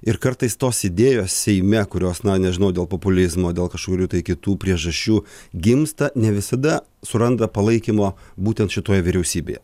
ir kartais tos idėjos seime kurios na nežinau dėl populizmo dėl kažkokių tai kitų priežasčių gimsta ne visada suranda palaikymo būtent šitoje vyriausybėje